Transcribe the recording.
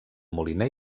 moliner